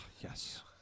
Yes